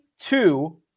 two